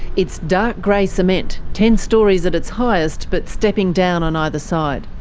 it's dark grey cement, ten storeys at its highest but stepping down on either side.